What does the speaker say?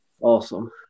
Awesome